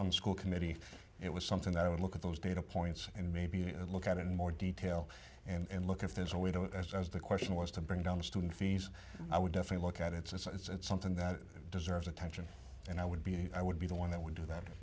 on the school committee it was something that i would look at those data points and maybe a look at in more detail and look if there is a we don't as the question was to bring down student fees i would definitely look at it since it's something that deserves attention and i would be i would be the one that would do that